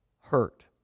Hurt